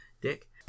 Dick